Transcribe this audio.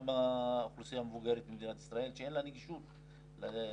גם באוכלוסייה המבוגרת במדינת ישראל שאין לה נגישות לדיגיטלי,